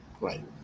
Right